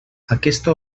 aquesta